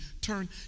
turn